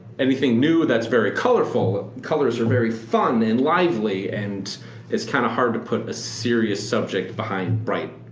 anything new that's very colorful, colors are very fun and lively and it's kind of hard to put a serious subject behind bright,